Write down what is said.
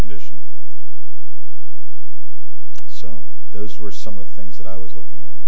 condition so those were some of the things that i was looking at